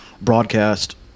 broadcast